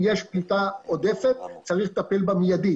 אם יש פליטה עודפת, צריך לטפל בה מיידית.